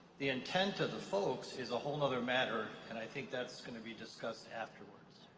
the intent of the folks is a whole nother matter and i think that's going to be discussed afterwards.